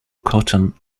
cotton